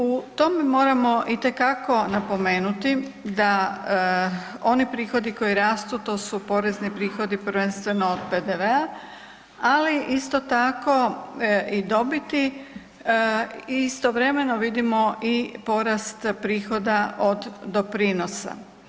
U tome moramo itekako napomenuti da oni prihodi koji rastu to su porezni prihodi prvenstveno od PDV-a, ali isto tako i dobiti i istovremeno vidimo porast prihoda od doprinosa.